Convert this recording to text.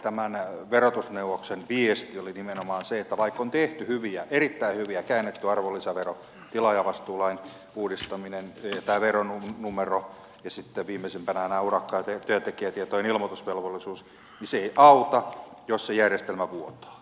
tämän verotusneuvoksen viesti oli nimenomaan se että vaikka on tehty erittäin hyviä toimenpiteitä käännetty arvonlisävero tilaajavastuulain uudistaminen tämä veronumero ja sitten viimeisimpänä tämä urakka ja työntekijätietojen ilmoitusvelvollisuus ne eivät auta jos se järjestelmä vuotaa